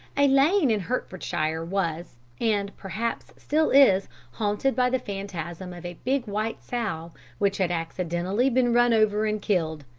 a lane in hertfordshire was and, perhaps, still is haunted by the phantasm of a big white sow which had accidentally been run over and killed.